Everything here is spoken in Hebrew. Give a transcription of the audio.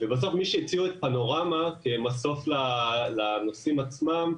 ובסוף מי שהציעו את פנורמה כמסוף לנוסעים עצמם,